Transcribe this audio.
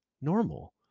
normal